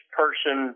person